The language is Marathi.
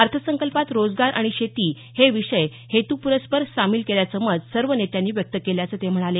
अर्थसंकल्पात रोजगार आणि शेती हे विषय हेतूपुरस्पर सामील केल्याचं मत सर्व नेत्यांनी व्यक्त केल्याचं ते म्हणाले